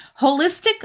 holistic